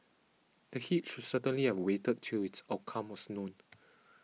the should certainly have waited till its outcome was known